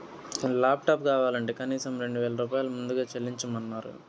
laptop కావాలంటే కనీసం రెండు వేల రూపాయలు ముందుగా చెల్లించమన్నరు